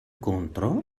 contro